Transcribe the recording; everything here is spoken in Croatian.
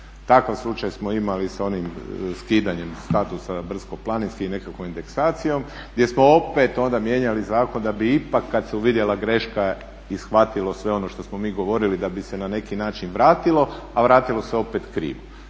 Takav slučaj smo imali sa onim skidanjem statusa brdsko-planinski i nekakvom indeksacijom gdje smo opet onda mijenjali zakon da bi ipak kad se uvidjela greška i shvatilo sve ono što smo mi govorili, da bi se na neki način vratilo, a vratilo se opet krivo.